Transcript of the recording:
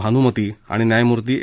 भानूमती आणि न्यायमूर्ती ए